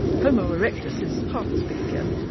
homo erectus is half as big again,